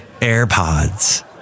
airpods